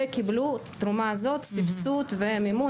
וקיבלו תרומה הזאת סבסוד ומימון,